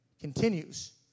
Continues